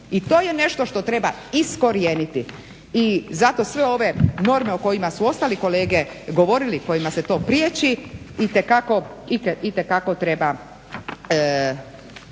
i to je nešto što treba iskorijeniti. I zato sve ove norme o kojima su ostali kolege govorili, kojima se to priječi, itekako treba